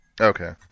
okay